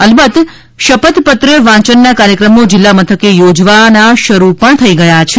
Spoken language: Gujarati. અલબત શપથપત્ર વાંચનના કાર્યક્રમો જિલ્લા મથકે યોજાવા શરૂ પણ થઈ ગયા છે